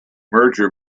merger